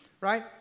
right